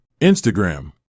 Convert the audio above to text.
Instagram